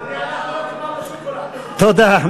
תודה.